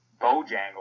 Bojangles